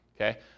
Okay